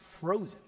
frozen